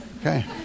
Okay